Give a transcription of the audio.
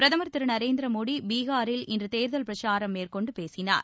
பிரதமா் திரு நரேந்திரமோடி பீகாரில் இன்று தேர்தல் பிரச்சாரம் மேற்கொண்டு பேசினார்